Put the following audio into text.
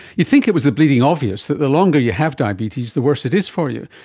you'd think it was the bleeding obvious that the longer you have diabetes, the worse it is for you,